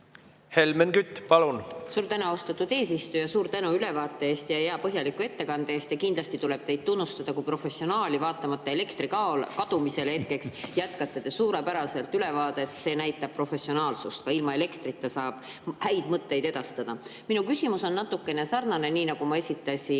Helmen Kütt, palun!